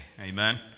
Amen